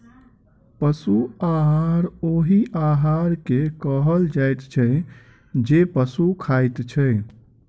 पशु आहार ओहि आहार के कहल जाइत छै जे पशु खाइत छै